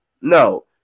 no